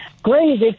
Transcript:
great